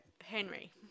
Henry